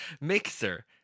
mixer